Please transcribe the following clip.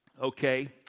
Okay